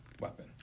weapon